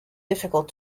difficult